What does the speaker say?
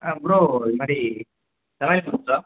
ஆ bro இது மாதிரி சமையல் மாஸ்டரா